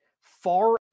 far